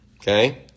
Okay